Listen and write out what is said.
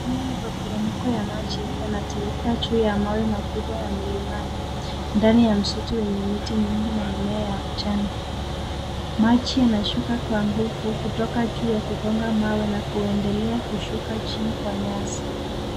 Haya ni maporomoko ya maji yanatiririka juu ya mawe makubwa ya milimani. Ndani ya msitu wenye miti mingi na mimea ya kijani. Maji yanashuka kwa nguvu kutoka juu yakigonga mawe na kuendelea kushuka chini kwa nyasi.